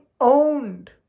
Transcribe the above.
owned